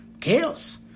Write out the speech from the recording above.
chaos